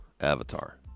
avatar